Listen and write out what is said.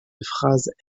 phrases